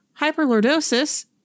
hyperlordosis